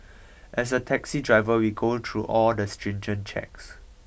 as a taxi driver we go through all the stringent checks